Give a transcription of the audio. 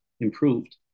improved